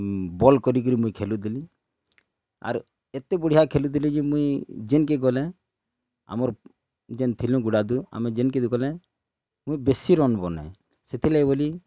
ball କରି କିରି ମୁଇଁ ଖେଲୁଥିଲି ଆର୍ ଏତେ ବଢ଼ିଆ ଖେଲୁଥିଲି ଯେ ମୁଇଁ ଯେନକେ ଗଲେ ଆମର୍ ଯେନ୍ ଥିଲୁ ଗୁଡ଼ାଦୁ ଆମେ ଯେନ୍ କେ ଗଲେଁ ମୁଇଁ ବେଶୀ ରନ୍ ବନାଏ ସେଥିରଲାଗି ବୋଲି